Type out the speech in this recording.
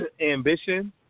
ambition